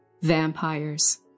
Vampires